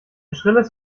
schrilles